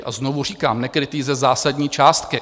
A znovu říkám, nekrytý ze zásadní částky.